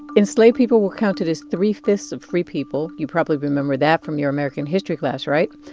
enslaved people were counted as three-fifths of free people. you probably remember that from your american history class, right?